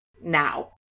now